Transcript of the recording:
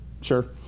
sure